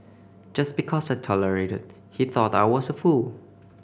just because I tolerated he thought I was a fool